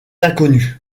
inconnu